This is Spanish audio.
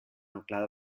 anclada